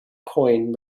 coyne